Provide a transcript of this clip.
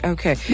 Okay